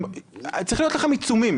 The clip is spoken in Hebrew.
צריכים להיות לכם עיצומים,